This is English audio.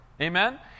Amen